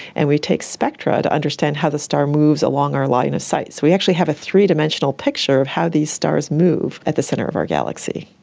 and we take spectra to understand how the star moves along our line of sight. so we actually have a three-dimensional picture of how these stars move at the centre of our galaxy.